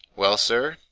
well, sir,